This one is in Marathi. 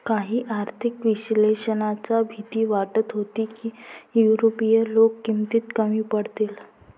काही आर्थिक विश्लेषकांना भीती वाटत होती की युरोपीय लोक किमतीत कमी पडतील